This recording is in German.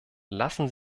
lassen